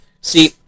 See